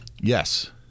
Yes